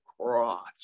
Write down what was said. cross